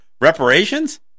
reparations